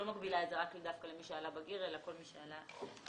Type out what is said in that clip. שלא מגבילה את זה דווקא למי שעלה בגיר אלא כל מי שעלה לישראל.